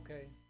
Okay